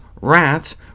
rats